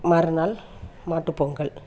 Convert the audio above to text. மறுநாள் மாட்டுப்பொங்கல்